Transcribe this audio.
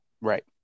Right